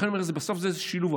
בסוף זה שילוב.